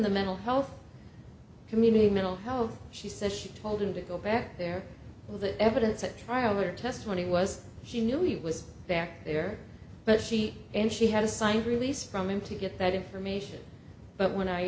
the mental health community mental health she says she told him to go back there all the evidence at trial or testimony was she knew he was back there but she and she had a signed release from him to get that information but when i